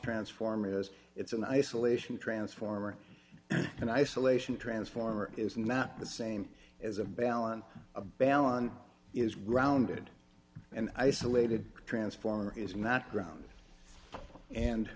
transformers it's an isolation transformer an isolation transformer is not the same as a balance a balance is grounded and isolated transformer is not ground and